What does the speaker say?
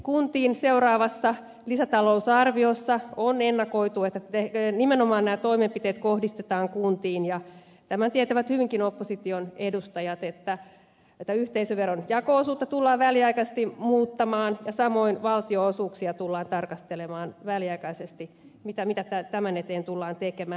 myöskin seuraavassa lisätalousarviossa on ennakoitu että nimenomaan nämä toimenpiteet kohdistetaan kuntiin ja tämän tietävät hyvinkin opposition edustajat että yhteisöveron jako osuutta tullaan väliaikaisesti muuttamaan ja samoin valtionosuuksia tullaan tarkastelemaan väliaikaisesti mitä tämän eteen tullaan tekemään